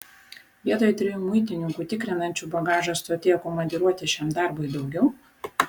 vietoj trijų muitininkų tikrinančių bagažą stotyje komandiruoti šiam darbui daugiau